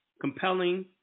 compelling